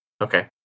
Okay